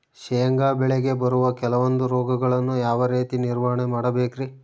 ಶೇಂಗಾ ಬೆಳೆಗೆ ಬರುವ ಕೆಲವೊಂದು ರೋಗಗಳನ್ನು ಯಾವ ರೇತಿ ನಿರ್ವಹಣೆ ಮಾಡಬೇಕ್ರಿ?